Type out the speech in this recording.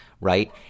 right